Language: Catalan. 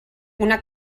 una